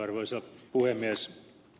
arvoisa puhemies